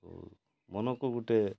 ଓ ମନକୁ ଗୋଟେ